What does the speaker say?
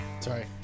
Sorry